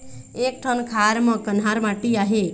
एक ठन खार म कन्हार माटी आहे?